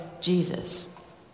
Jesus